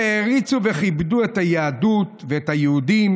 שהעריצו וכיבדו את היהדות ואת היהודים